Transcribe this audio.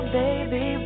baby